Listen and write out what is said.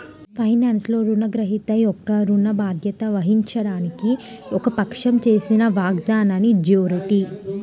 ఫైనాన్స్లో, రుణగ్రహీత యొక్క ఋణ బాధ్యత వహించడానికి ఒక పక్షం చేసిన వాగ్దానాన్నిజ్యూరిటీ